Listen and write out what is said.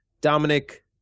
Dominic